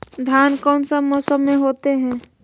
धान कौन सा मौसम में होते है?